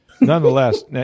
nonetheless